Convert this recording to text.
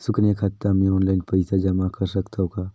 सुकन्या खाता मे ऑनलाइन पईसा जमा कर सकथव का?